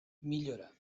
millora